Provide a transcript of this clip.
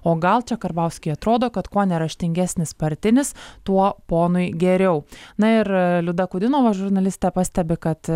o gal čia karbauskiui atrodo kad kuo neraštingesnis partinis tuo ponui geriau na ir liuda kudinova žurnalistė pastebi kad